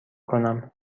کنم